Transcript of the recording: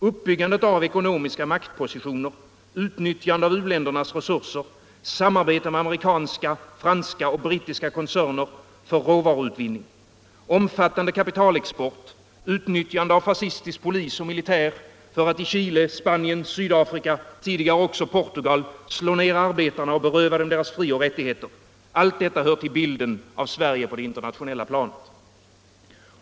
Uppbyggande av ekonomiska maktpositioner, utnyttjande av u-ländernas resurser, samarbete med amerikanska, franska och brittiska koncerner för råvaruutvinning, omfattande kapitalexport, utnyttjande av fascistisk polis och militär för att i Chile, Spanien, Sydafrika, tidigare också Portugal, slå ner arbetarna och beröva dem deras frioch rättigheter — allt detta hör till bilden av Sverige på det internationella planet.